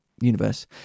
universe